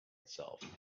itself